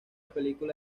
película